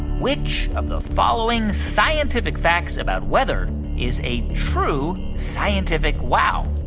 which of the following scientific facts about weather is a true scientific wow?